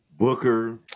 Booker